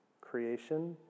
creation